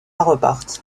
repartent